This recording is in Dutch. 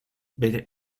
beter